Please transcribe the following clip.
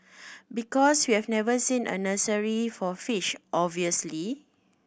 because we've never seen a nursery for fish obviously